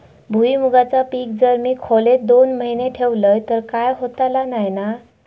भुईमूगाचा पीक जर मी खोलेत दोन महिने ठेवलंय तर काय होतला नाय ना?